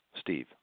Steve